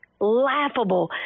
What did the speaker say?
laughable